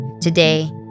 Today